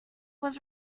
was